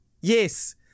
yes